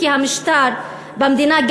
כי המשטר במדינה,